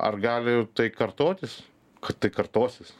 ar gali tai kartotis kad tai kartosis